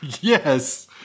Yes